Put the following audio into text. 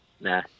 Nah